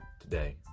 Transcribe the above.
today